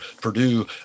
Purdue